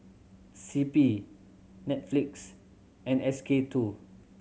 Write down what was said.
C P Netflix and S K Two